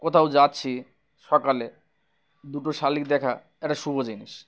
কোথাও যাচ্ছি সকালে দুটো শালিক দেখা একটা শুভ জিনিস